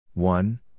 One